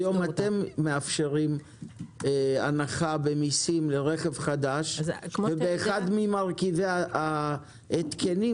היום אתם מאפשרים הנחה במסים לרכב חדש ואחד ממרכיבי ההתקנים